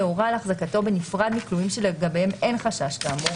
הורה על החזקתו בנפרד מכלואים שלגביהם אין חשש כאמור,